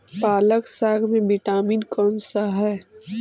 पालक साग में विटामिन कौन सा है?